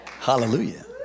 Hallelujah